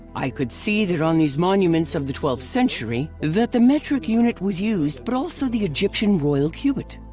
i could see that on these monuments of the twelfth century, that the metric unit was used but also the egyptian royal cubit.